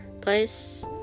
place